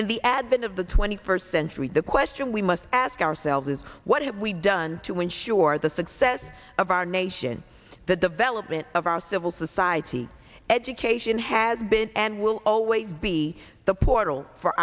in the advent of the twenty first century the question we must ask ourselves is what is it we done to ensure the success of our nation the development of our civil society education has been and will always be the portal for